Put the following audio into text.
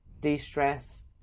de-stress